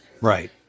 right